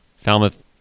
Falmouth